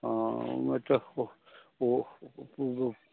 हॅं ओहिमे तऽ ओ